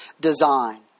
design